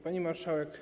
Pani Marszałek!